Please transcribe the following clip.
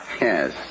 Yes